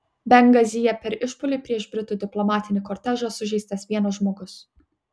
bengazyje per išpuolį prieš britų diplomatinį kortežą sužeistas vienas žmogus